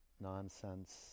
nonsense